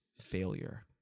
failure